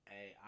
Hey